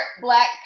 black